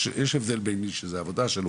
יש הבדל בין איש שזה העבודה שלו,